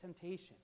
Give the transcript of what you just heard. temptation